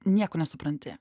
nieko nesupranti